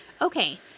Okay